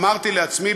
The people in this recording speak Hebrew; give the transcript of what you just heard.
אמרתי לעצמי,